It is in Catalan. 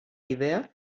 idea